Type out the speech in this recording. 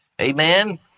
Amen